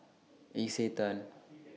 Isetan